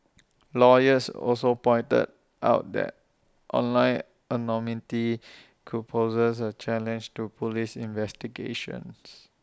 lawyers also pointed out that online anonymity could poses A challenge to Police investigations